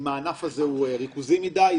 אם הענף הזה ריכוזי מידי,